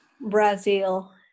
Brazil